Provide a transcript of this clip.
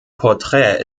porträt